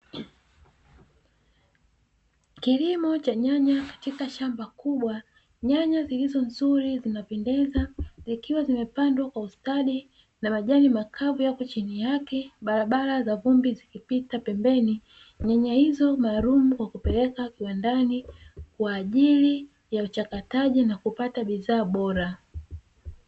Kilimo cha nyanya katika shamba kubwa, nyanya zilizo nzuri zinapendeza zikiwa zimepandwa kwa ustadi na majani makavu yako chini yake, barabara za vumbi zikipita pembeni. Nyanya hizo maalum kwa kupeleka kiwandani kwa ajili ya uchakataji na kupata bidhaa bora.